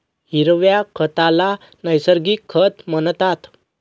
हिरव्या खताला नैसर्गिक खत म्हणतात